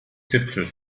zipfel